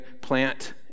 plant